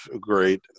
great